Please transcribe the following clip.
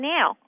Now